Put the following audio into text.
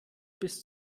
bis